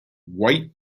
white